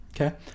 Okay